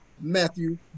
Matthew